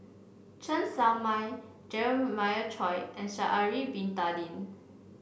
Chen Show Mao Jeremiah Choy and Sha'ari Bin Tadin